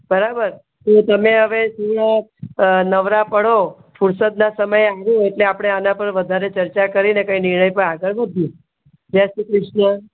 બરાબર તો તમે હવે સુરત નવરા પડો ફુરસતના સમયે આવો એટલે આપણે આના પર વધારે ચર્ચા કરીને કંઈ નિર્ણય પર આગળ વધીએ જય શ્રી કૃષ્ણ